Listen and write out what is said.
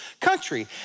country